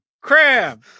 Cram